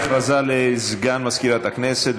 הודעה לסגן מזכירת הכנסת.